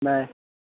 bye